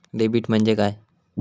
Debit म्हणजे काय?